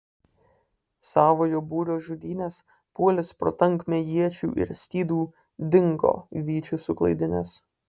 savojo būrio žudynes puolęs pro tankmę iečių ir skydų dingo vyčius suklaidinęs